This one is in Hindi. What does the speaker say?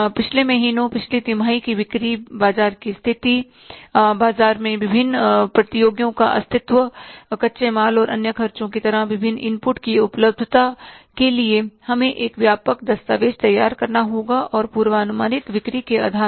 पिछले महीनों पिछली तिमाही की बिक्री बाजार की स्थिति बाजार में विभिन्न प्रतियोगियों का अस्तित्व कच्चे माल और अन्य खर्चों की तरह विभिन्न इनपुट की उपलब्धता के लिए हमें एक व्यापक दस्तावेज तैयार करना होगा और पूर्वानुमानित बिक्री के आधार पर